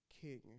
king